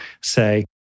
say